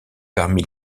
parmi